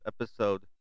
episode